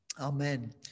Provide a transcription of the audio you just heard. Amen